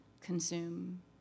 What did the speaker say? consume